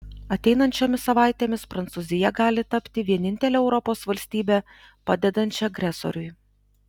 ateinančiomis savaitėmis prancūzija gali tapti vienintele europos valstybe padedančia agresoriui